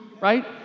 right